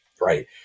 Right